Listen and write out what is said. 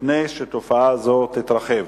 לפני שתופעה זו תתרחב.